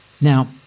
now